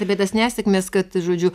apie tas nesėkmes kad žodžiu